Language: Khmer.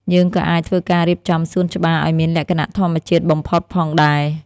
យើងក៏អាចធ្វើការរៀបចំសួនច្បារឱ្យមានលក្ខណៈធម្មជាតិបំផុតផងដែរ។